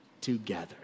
together